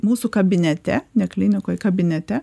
mūsų kabinete ne klinikoj kabinete